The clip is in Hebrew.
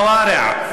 קאסם ג'אבר כוארע,